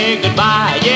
goodbye